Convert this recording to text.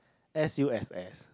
s_u_s_s